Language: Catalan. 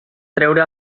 treure